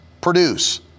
produce